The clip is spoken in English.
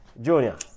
Junior